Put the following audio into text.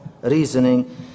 reasoning